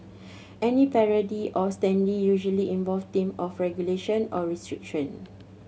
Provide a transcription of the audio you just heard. any parody of standee usually involve theme of regulation or restriction